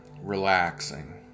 relaxing